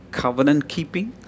covenant-keeping